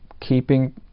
keeping